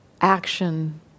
action